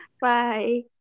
bye